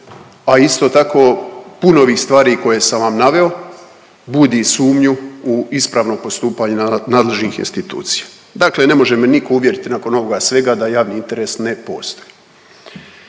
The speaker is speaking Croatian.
a isto tako puno ovih stvari koje sam vam naveo budi sumnju u ispravno postupanje nadležnih institucija. Dakle ne može me nitko uvjeriti nakon ovoga svega da javni interes ne postoji.